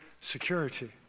security